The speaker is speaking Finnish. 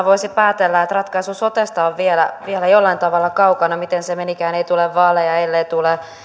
voisi päätellä että ratkaisu sotesta on vielä vielä jollain tavalla kaukana miten se menikään ei tule vaaleja ellei tule